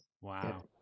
Wow